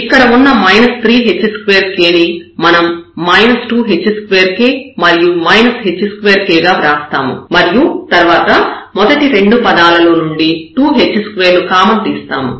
ఇక్కడ ఉన్న 3 h2k ని మనం 2h2k మరియు h2k గా వ్రాస్తాము మరియు తర్వాత మొదటి రెండు పదాలలో నుండి 2h2 ను కామన్ తీస్తాము